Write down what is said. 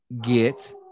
get